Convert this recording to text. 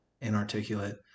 inarticulate